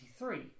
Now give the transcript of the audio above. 1993